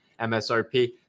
MSRP